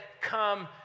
come